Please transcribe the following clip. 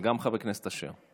וגם חבר הכנסת אשר.